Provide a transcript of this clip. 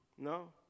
No